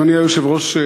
אדוני היושב-ראש,